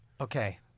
Okay